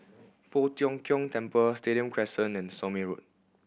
Poh Tiong Kiong Temple Stadium Crescent and Somme Road